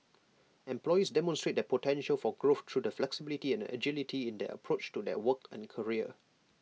employees demonstrate their potential for growth through the flexibility and agility in their approach to their work and career